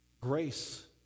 Grace